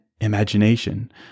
imagination